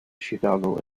chicago